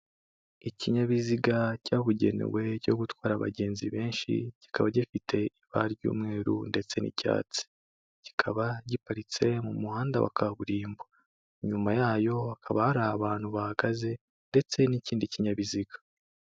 Ikinyabiziga cyabugenewe cyo gutwara abagenzi benshi, kikaba gifite ibara ry'umweru ndetse n'icyatsi. Kikaba giparitse mu muhanda wa kaburimbo. Inyuma yayo, hakaba hari abantu bahagaze ndetse n'ikindi kinyabiziga.